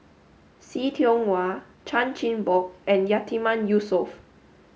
See Tiong Wah Chan Chin Bock and Yatiman Yusof